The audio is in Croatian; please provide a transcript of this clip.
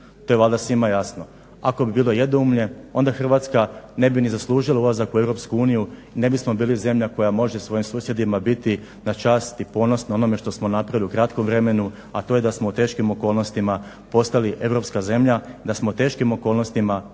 to je valjda svima jasno. Ako bi bilo jednoumlje onda Hrvatska ne bi ni zaslužila ulazak u Europsku uniju i ne bismo bili zemlja koja može svojim susjedima biti na čast i ponos na onome što smo napravili u kratkom vremenu, a to je da smo u teškim okolnostima postali europska zemlja, da smo u teškim okolnostima i